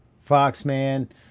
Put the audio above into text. Foxman